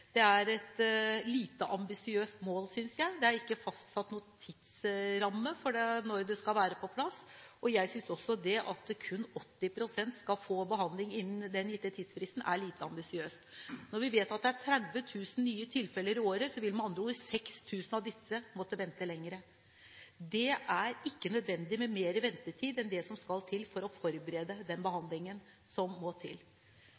Det er et lite ambisiøst mål, synes jeg. Det er ikke fastsatt noen tidsramme for når det skal være på plass. Jeg synes også at det at kun 80 pst. skal få behandling innen den gitte tidsfristen, er lite ambisiøst. Når vi vet at det er 30 000 nye tilfeller i året, vil med andre ord 6 000 av disse måtte vente lenger. Det er ikke nødvendig med mer ventetid enn det som skal til for å forberede den behandlingen som må til.